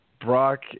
Brock